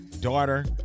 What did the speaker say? daughter